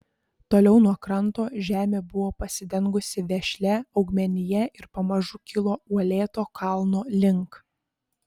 toliau nuo kranto žemė buvo pasidengusi vešlia augmenija ir pamažu kilo uolėto kalno link